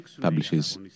publishes